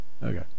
Okay